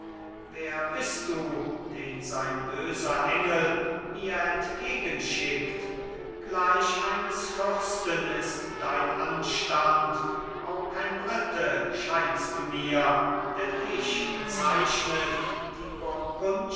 wer bist du den sein böser engel mir entgegen schickt gleich eines fürsten ist dein anstand auch kein brite scheinst du mir denn dich bezeichnet die